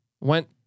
went